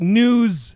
news